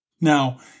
Now